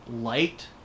light